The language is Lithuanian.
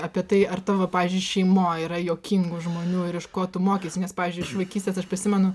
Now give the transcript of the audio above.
apie tai ar tavo pavyzdžiui šeimoj yra juokingų žmonių ir iš ko tu mokeisi nes pavyzdžiui iš vaikystės aš prisimenu